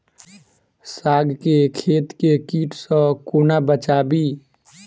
साग केँ खेत केँ कीट सऽ कोना बचाबी?